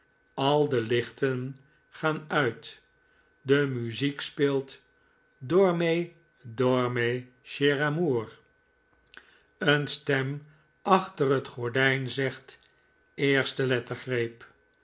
al de lichten gaan uit de muziek speelt dormez dovmez chers amours een stem achter het gordijn zegt eerste lettergreep